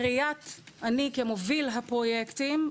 בראיית אני, כמובילת הפרויקטים,